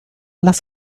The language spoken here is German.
lass